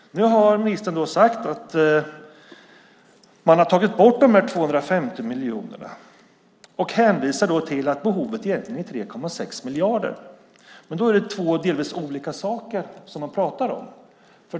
Ministern har nu sagt man har tagit bort de här 250 miljonerna och hänvisar till att behovet egentligen är 3,6 miljarder. Då är det två delvis olika saker man pratar om.